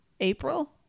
April